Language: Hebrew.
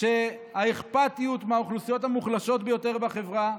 שבה האכפתיות לאוכלוסיות המוחלשות ביותר בחברה,